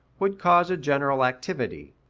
would cause a general activity.